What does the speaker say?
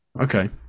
okay